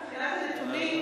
מבחינת הנתונים,